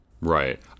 Right